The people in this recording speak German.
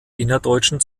innerdeutschen